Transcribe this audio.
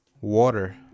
Water